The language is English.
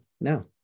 now